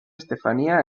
estefanía